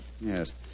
Yes